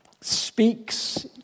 speaks